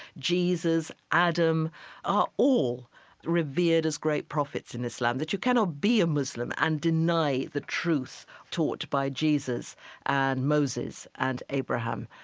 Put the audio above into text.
jesus, adam are all revered as great prophets in islam, that you cannot be a muslim and deny the truth taught by jesus and moses and abraham,